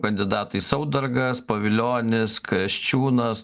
kandidatai saudargas pavilionis kasčiūnas